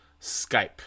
Skype